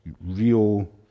real